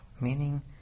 meaning